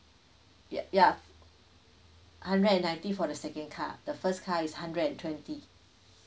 ya ya hundred and ninety for the second card the first car is hundred and twenty